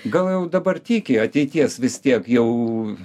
gal jau dabar tiki ateities vis tiek jau